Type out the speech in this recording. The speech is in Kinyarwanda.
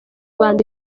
rwanda